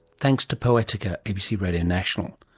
thanks to poetica, abc radio national.